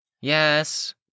Yes